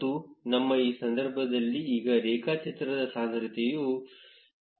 ಮತ್ತು ನಮ್ಮ ಈ ಸಂದರ್ಭದಲ್ಲಿ ಈಗ ರೇಖಾಚಿತ್ರದ ಸಾಂದ್ರತೆಯು 0